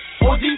OG